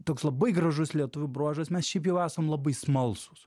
toks labai gražus lietuvių bruožas mes šiaip jau esam labai smalsūs